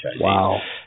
Wow